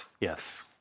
Yes